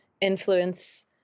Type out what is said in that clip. influence